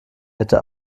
hätte